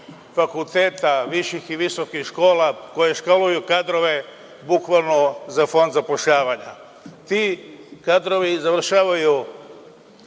fakulteta, viših i visokih škola koje školuju kadrove bukvalno za Fond za zapošljavanje. Ti kadrovi završavaju